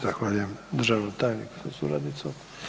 Zahvaljujem državnom tajniku sa suradnicom.